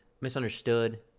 misunderstood